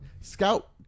Scout